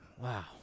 Wow